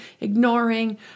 ignoring